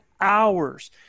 hours